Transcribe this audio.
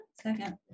Second